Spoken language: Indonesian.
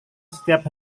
setiap